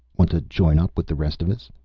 want to join up with the rest of us?